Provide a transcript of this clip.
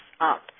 up